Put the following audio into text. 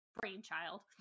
brainchild